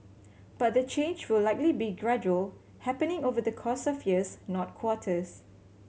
but the change will likely be gradual happening over the course of years not quarters